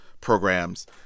programs